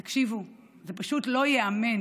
תקשיבו, זה פשוט לא ייאמן.